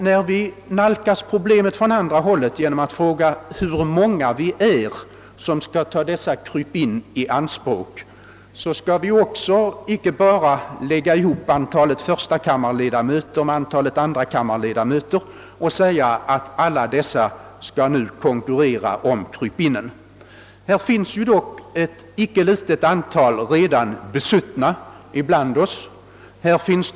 När vi nalkas problemet från andra hållet genom att fråga hur många vi är som skall ta dessa krypin i anspråk, skall vi inte bara lägga ihop antalet förstakammarledamöter med antalet andrakammarledamöter och säga att alla dessa skall konkurrera om rummen. Det finns dock ett icke ringa antal redan besuttna bland oss.